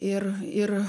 ir ir